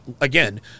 again